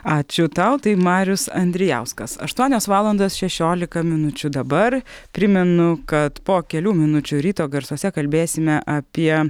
ačiū tau tai marius andrijauskasaštuonios valandos šešiolika minučių dabar primenu kad po kelių minučių ryto garsuose kalbėsime apie